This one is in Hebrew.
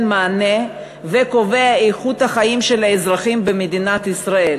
מענה וקובע את איכות החיים של האזרחים במדינת ישראל.